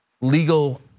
legal